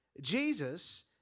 Jesus